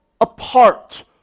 apart